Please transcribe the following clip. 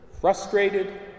frustrated